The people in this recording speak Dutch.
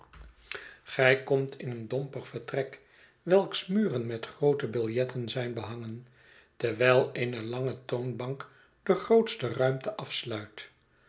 gij komt in een dompig vertrek welks muren met groote biljetten zijn behangen terwijl eene lange toonbank de grootste ruimte afsluit